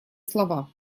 слова